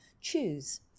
choose